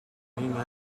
him